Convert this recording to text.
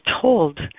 told